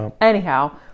Anyhow